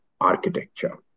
architecture